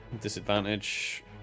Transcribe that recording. disadvantage